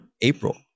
April